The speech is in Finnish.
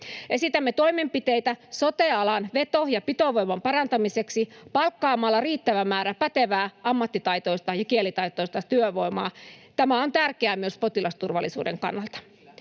Esitämme toimenpiteitä sote-alan veto- ja pitovoiman parantamiseksi palkkaamalla riittävän määrän pätevää ammattitaitoista ja kielitaitoista työvoimaa — tämä on tärkeää myös potilasturvallisuuden kannalta.